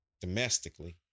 domestically